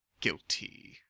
guilty